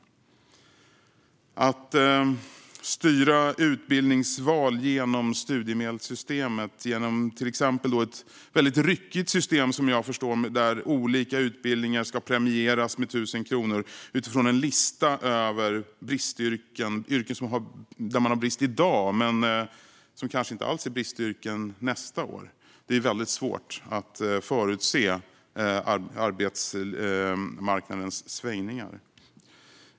Det talas om att styra utbildningsval genom studiemedelssystemet, till exempel genom ett som jag förstår det väldigt ryckigt system där olika utbildningar ska premieras med 1 000 kronor utifrån en lista över yrken där man har brist på personal i dag men som kanske inte alls är bristyrken nästa år - det är väldigt svårt att förutse arbetsmarknadens svängningar.